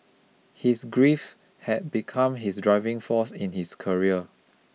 his grief had become his driving force in his career